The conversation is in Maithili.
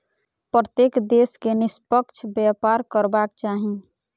प्रत्येक देश के निष्पक्ष व्यापार करबाक चाही